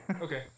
okay